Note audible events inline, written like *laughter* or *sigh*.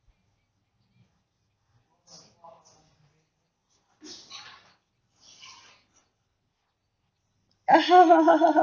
*laughs*